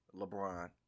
LeBron